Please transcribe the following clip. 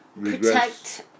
protect